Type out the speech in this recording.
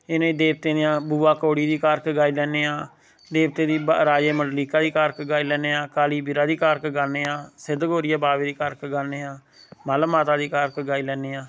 इनें देवतें दियां बुआ कौड़ी दी कारक गाई लैन्ने आं देवतें दी राजे मंडलीका दी कारक गाई लैन्ने आं काली बीरा दी कारक गान्ने आं सिद्ध गोरिया बावे दी कारक गान्ने आं म'ल्ल माता दी कारक गाई लैन्ने आं